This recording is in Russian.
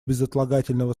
безотлагательного